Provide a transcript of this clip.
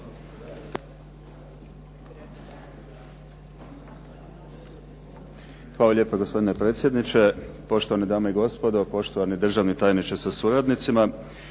Hvala.